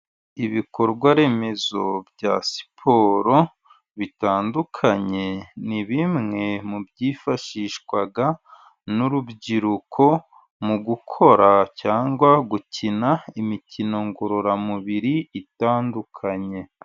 Ibikorwaremezo bya siporo bitandukanye, ni bimwe mu byifashishwa n'urubyiruko mu gukora, cyangwa gukina imikino ngororamubiri itandukanye.